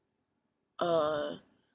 uh